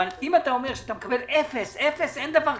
אם אתה אומר שאתה מקבל אפס, אפס אין דבר כזה.